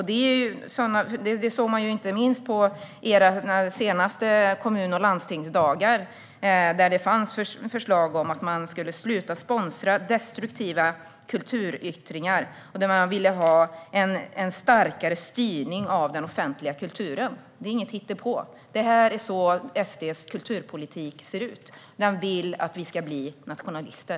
Det såg man inte minst under era senaste kommun och landstingsdagar, då det fanns förslag om att man skulle sluta sponsra destruktiva kulturyttringar och där man ville ha en starkare styrning av den offentliga kulturen. Det är inget hittepå, utan det är så SD:s kulturpolitik ser ut. Ni vill att vi ska bli nationalister.